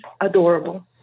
adorable